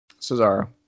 Cesaro